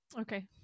Okay